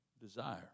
desire